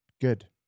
good